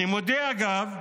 אגב,